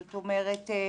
זאת אומרת,